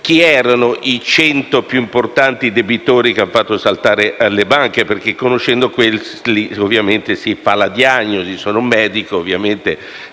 chi erano i cento più importanti debitori che hanno fatto saltare le banche, perché, conoscendo quelli, si può fare la diagnosi. Sono un medico e